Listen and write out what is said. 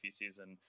season